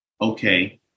okay